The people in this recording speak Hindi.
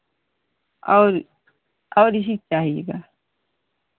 और और ही चाहिएगा